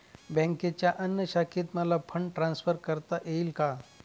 बँकेच्या अन्य शाखेत मला फंड ट्रान्सफर करता येईल का?